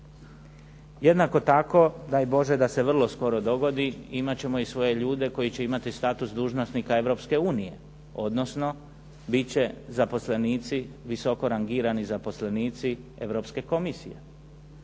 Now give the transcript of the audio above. Jednako tako, daj Bože da se vrlo skoro dogodi, imati ćemo i svoje ljude koji će imati status dužnosnika Europske unije, odnosno biti će zaposlenici, visoko rangirani zaposlenici Europske komisije.